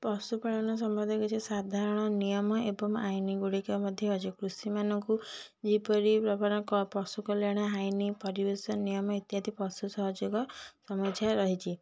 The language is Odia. ପଶୁପାଳନ ସମ୍ବନ୍ଧୀୟ କିଛି ସାଧାରଣ ନିୟମ ଏବଂ ଆଇନ ଗୁଡ଼ିକ ମଧ୍ୟ ଅଛି କୃଷିମାନଙ୍କୁ ଯେପରି ଆପଣଙ୍କ ପଶୁ କଲ୍ୟାଣ ଆଇନ୍ ପରିବେଶ ନିୟମ ଇତ୍ୟାଦି ପଶୁ ସହଯୋଗ ତୁମ ଇଚ୍ଛାରେ ରହିଛି